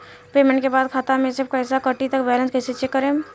Payment के बाद खाता मे से पैसा कटी त बैलेंस कैसे चेक करेम?